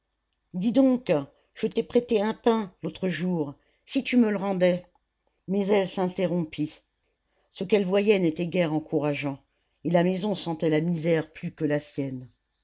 dis donc je t'ai prêté un pain l'autre jour si tu me le rendais mais elle s'interrompit ce qu'elle voyait n'était guère encourageant et la maison sentait la misère plus que la sienne